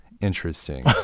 interesting